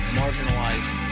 marginalized